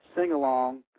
sing-along